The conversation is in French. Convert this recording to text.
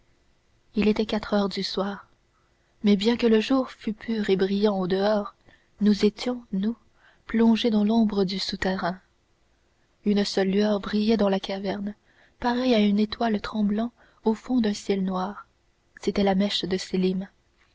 il était quatre heures du soir mais bien que le jour fût pur et brillant au-dehors nous étions nous plongés dans l'ombre du souterrain une seule lueur brillait dans la caverne pareille à une étoile tremblant au fond d'un ciel noir c'était la mèche de sélim